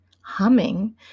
humming